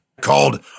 called